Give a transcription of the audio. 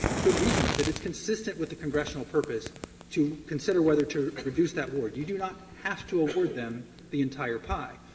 good reason, that it's consistent with the congressional purpose to consider whether to reduce that award. you do not have to award them the entire pie,